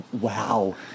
Wow